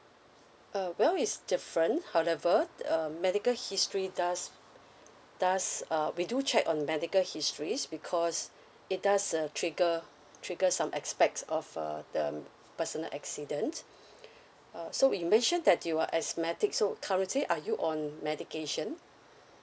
uh well it's different however um medical history does does uh we do check on medical history because it does uh trigger trigger some aspects of a the personal accident uh so you mentioned that you are asthmatic so currently are you on medication